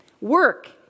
Work